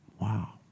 Wow